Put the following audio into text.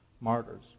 martyrs